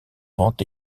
rend